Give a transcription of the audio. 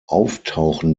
auftauchen